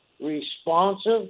responsive